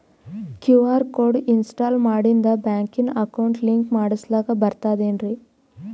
QR code install ಮಾಡಿಂದ ಬ್ಯಾಂಕಿನ account link ಮಾಡಸ್ಲಾಕ ಬರ್ತದೇನ್ರಿ